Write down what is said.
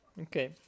Okay